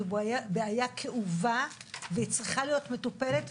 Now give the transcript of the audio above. זו בעיה כאובה והיא צריכה להיות מטופלת.